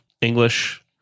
English